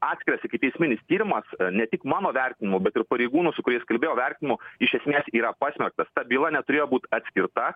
atskiras ikiteisminis tyrimas ne tik mano vertinimu bet ir pareigūnų su kuriais kalbėjau vertinimu iš esmės yra pasmerktas ta byla neturėjo būt atskirta